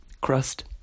Crust